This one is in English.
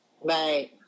Right